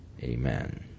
Amen